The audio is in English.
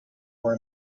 were